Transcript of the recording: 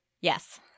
Yes